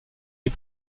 les